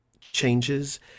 changes